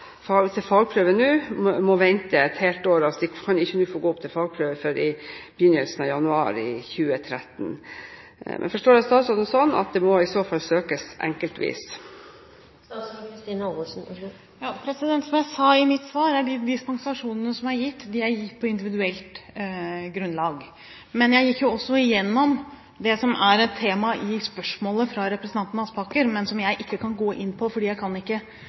fagprøve, må vente et helt år. De kan altså ikke gå opp til fagprøve før i begynnelsen av januar i 2013. Forstår jeg statsråden sånn at det i så fall må søkes enkeltvis? Som jeg sa i mitt svar, er de dispensasjonene som er gitt, gitt på individuelt grunnlag. Jeg gikk jo også gjennom det som er et tema i spørsmålet fra representanten Aspaker, men som jeg ikke kan gå inn på, fordi jeg ikke kan